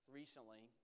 recently